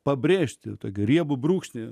pabrėžti tą riebų brūkšnį